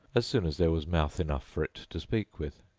as soon as there was mouth enough for it to speak with.